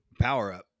power-up